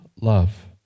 love